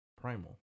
Primal